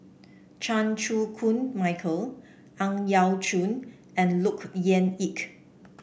Chan Chew Koon Michael Ang Yau Choon and Look Yan Kit